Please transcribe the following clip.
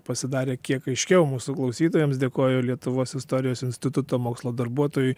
pasidarė kiek aiškiau mūsų klausytojams dėkoju lietuvos istorijos instituto mokslo darbuotojui